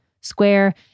Square